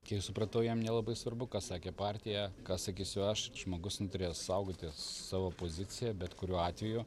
kiek supratau jam nelabai svarbu ką sakė partija ką sakysiu aš žmogus turėjo saugoti savo poziciją bet kuriuo atveju